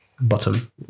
Bottom